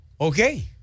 Okay